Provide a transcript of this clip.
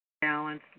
balance